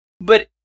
But-